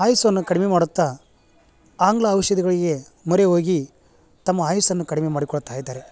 ಆಯಸ್ಸನ್ನು ಕಡಿಮೆ ಮಾಡುತ್ತಾ ಆಂಗ್ಲ ಔಷಧಿಗಳಿಗೆ ಮೊರೆ ಹೋಗಿ ತಮ್ಮ ಆಯುಸ್ಸನ್ನು ಕಡಿಮೆ ಮಾಡಿಕೊಳ್ತಾ ಇದ್ದಾರೆ